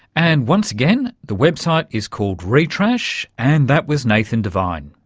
and once again the website is called retrash, and that was nathan devine,